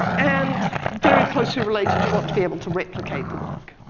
and very closely related, you want to be able to replicate the work.